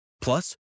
Plus